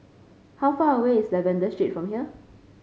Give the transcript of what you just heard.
how far away is Lavender Street from here